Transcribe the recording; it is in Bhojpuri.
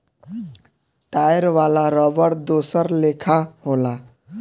टायर वाला रबड़ दोसर लेखा होला